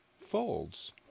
Folds